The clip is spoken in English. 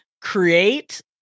create